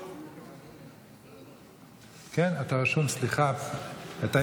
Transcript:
כן, סליחה, אתה רשום.